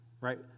right